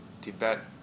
Tibet